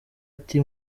ati